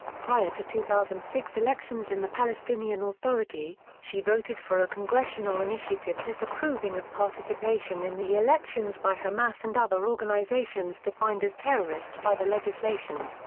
prior to two thousand and six elections in the palestinian authority, she voted for a congressional initiative disapproving of participation in the elections by hamas and other organizations defined as terrorist by the legislation.